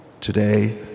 Today